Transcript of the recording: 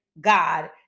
God